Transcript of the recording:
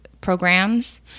programs